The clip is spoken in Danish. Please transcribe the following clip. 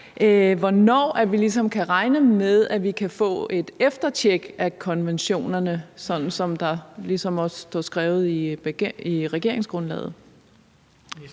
hvornår vi ligesom kan regne med at vi kan få et eftertjek af konventionerne, som der også står beskrevet i regeringsgrundlaget.